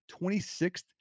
26th